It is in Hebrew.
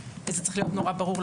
וזה צריך להיות מאוד ברור.